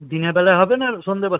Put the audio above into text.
দিনের বেলায় হবে না সন্ধ্যেবেলায়